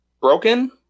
broken